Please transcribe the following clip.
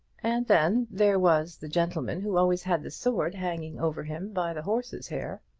and then there was the gentleman who always had the sword hanging over him by the horse's hair.